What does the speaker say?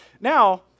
Now